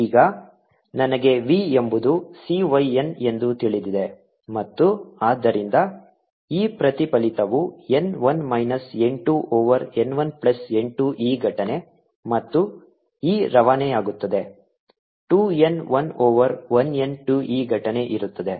ಈಗ ನನಗೆ v ಎಂಬುದು c y n ಎಂದು ತಿಳಿದಿದೆ ಮತ್ತು ಆದ್ದರಿಂದ e ಪ್ರತಿಫಲಿತವು n 1 minus n 2 over n 1 plus n 2 e ಘಟನೆ ಮತ್ತು e ರವಾನೆಯಾಗುತ್ತದೆ 2 n 1 ಓವರ್ 1 n 2 e ಘಟನೆ ಇರುತ್ತದೆ